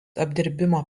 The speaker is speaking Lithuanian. apdirbimo